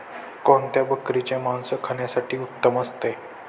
कोणत्या बकरीचे मास खाण्यासाठी उत्तम असते?